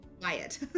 quiet